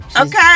Okay